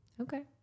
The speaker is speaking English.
Okay